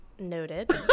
Noted